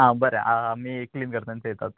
आं बरें आं आमी एक क्लीन करता थेयतात